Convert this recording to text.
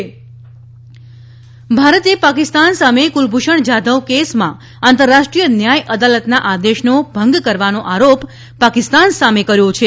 જાદવ વિદેશમંત્રી ભારતે પાકિસ્તાન સામે કુલભૂષણ જાધવ કેસમાં આંતરરાષ્ટ્રીય ન્યાય અદાલતના આદેશનો ભંગ કરવાનો આરોપ પાકિસ્તાન સામે કર્યો છે